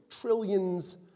trillions